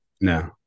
No